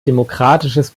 demokratisches